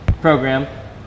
program